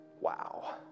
Wow